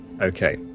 okay